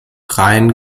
reihen